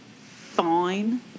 fine